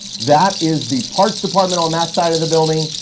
that is the parts department on that side of the building.